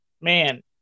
man